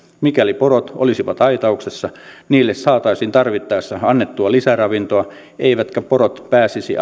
mikäli porot olisivat aitauksessa niille saataisiin tarvittaessa annettua lisäravintoa eivätkä porot pääsisi